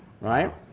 right